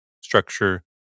structure